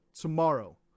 tomorrow